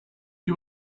you